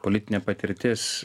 politinė patirtis